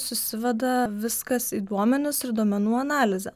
susiveda viskas į duomenis ir duomenų analizę